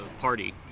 party